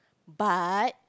but